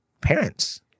parents